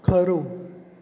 ખરું